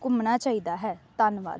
ਘੁੰਮਣਾ ਚਾਹੀਦਾ ਹੈ ਧੰਨਵਾਦ